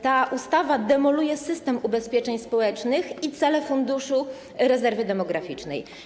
Ta ustawa demoluje system ubezpieczeń społecznych i cele Funduszu Rezerwy Demograficznej.